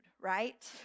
right